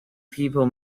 people